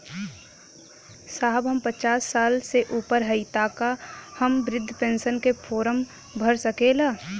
साहब हम पचास साल से ऊपर हई ताका हम बृध पेंसन का फोरम भर सकेला?